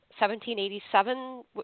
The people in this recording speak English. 1787